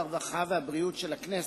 והרווחה והבריאות של הכנסת,